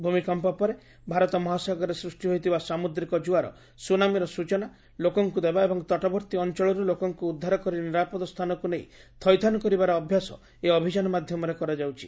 ଭୂମିକମ୍ପ ପରେ ଭାରତ ମହାସାଗରରେ ସୃଷ୍ଟି ହୋଇଥିବା ସାମୁଦ୍ରିକ ଜୁଆର ସୁନାମିର ସୂଚନା ଲୋକଙ୍କୁ ଦେବା ଏବଂ ତଟବର୍ତ୍ତୀ ଅଞ୍ଚଳରୁ ଲୋକଙ୍କୁ ଉଦ୍ଧାର କରି ନିରାପଦ ସ୍ଥାନକୁ ନେଇ ଥଇଥାନ କରିବାର ଅଭ୍ୟାସ ଏହି ଅଭିଯାନ ମାଧ୍ୟମରେ କରାଯାଉଛି